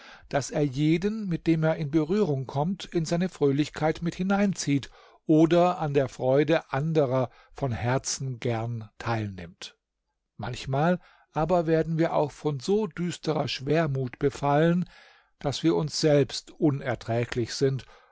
daß er jeden mit dem er in berührung kommt in seine fröhlichkeit mit hineinzieht oder an der freude anderer von herzen gern teilnimmt manchmal aber werden wir auch von so düsterer schwermut befallen daß wir uns selbst unerträglich sind